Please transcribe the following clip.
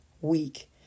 week